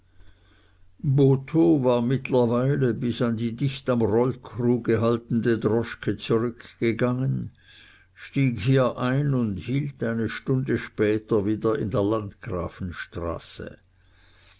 war mittlerweile bis an die dicht am rollkruge haltende droschke zurückgegangen stieg hier ein und hielt eine stunde später wieder in der